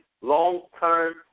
long-term